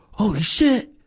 holy shit!